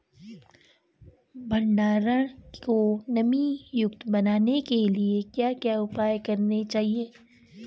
भंडारण को नमी युक्त बनाने के लिए क्या क्या उपाय करने चाहिए?